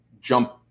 jump